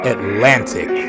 Atlantic